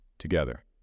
together